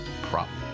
problem